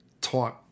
type